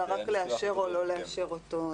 אלא רק לאשר או לא לאשר אותו,